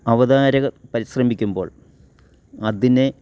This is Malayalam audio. അവതാരകർ പരിശ്രമിക്കുമ്പോൾ അതിനെ